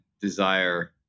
desire